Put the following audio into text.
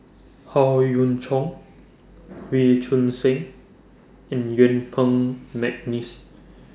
Howe Yoon Chong Wee Choon Seng and Yuen Peng Mcneice